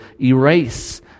erase